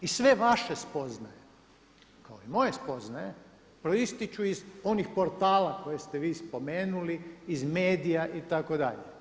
I sve vaše spoznaje kao i moje spoznaje proističu iz onih portala koje ste vi spomenuli, iz medija itd.